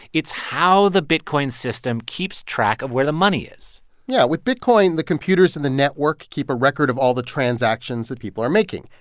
it's how the bitcoin system keeps track of where the money is yeah. with bitcoin, the computers in the network keep a record of all the transactions that people are making.